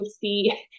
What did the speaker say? see